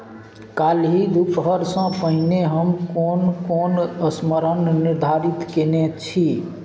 काल्हि दुपहरसँ पहिने हम कोन कोन स्मरण निर्धारित कयने छी